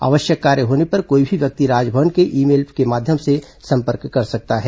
आवश्यक कार्य होने पर कोई भी व्यक्ति राजभवन के ई मेल के माध्यम से संपर्क कर सकता है